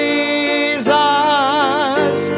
Jesus